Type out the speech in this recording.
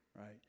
right